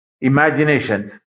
imaginations